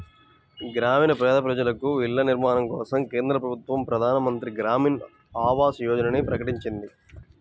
గ్రామీణ పేద ప్రజలకు ఇళ్ల నిర్మాణం కోసం కేంద్ర ప్రభుత్వం ప్రధాన్ మంత్రి గ్రామీన్ ఆవాస్ యోజనని ప్రకటించింది